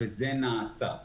וזה נעשה.